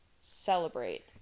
celebrate